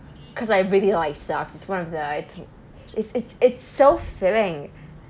because I really like stuffed it's one of the item it's it's it's so filling